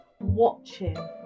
watching